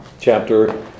chapter